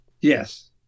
Yes